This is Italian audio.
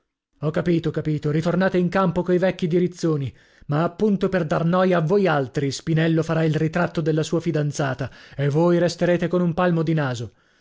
ho capito ho capito ritornate in campo coi vecchi dirizzoni ma appunto per dar noia a voi altri spinello farà il ritratto della sua fidanzata e voi resterete con un palmo di naso